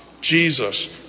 Jesus